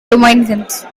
dominicans